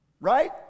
Right